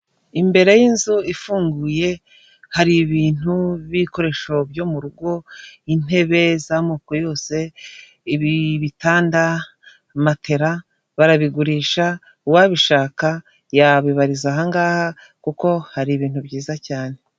Imbere y'inzu ifunguye hari ibintu bi'ibikoresho byo mu rugo intebe z'amoko yose ibitanda matera barabigurisha uwabishaka yabibariza ahaha kuko hari ibintu byiza cyane.